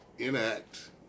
enact